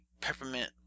peppermint